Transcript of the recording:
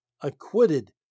acquitted